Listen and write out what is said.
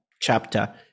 chapter